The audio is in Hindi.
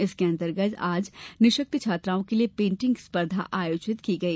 इसके अंतर्गत आज निःशक्त छात्राओं के लिये पेंटिंग स्पर्धा आयोजित की गई